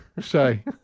Say